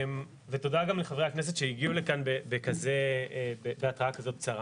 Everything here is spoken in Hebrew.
ותודה גם לחברי הכנסת שהגיעו לכאן בהתראה כזו קצרה.